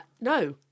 No